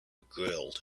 grilled